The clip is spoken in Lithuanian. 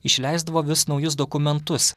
išleisdavo vis naujus dokumentus